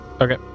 Okay